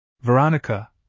Veronica